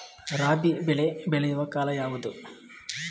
ರಾಬಿ ಬೆಳೆ ಬೆಳೆಯುವ ಕಾಲ ಯಾವುದು?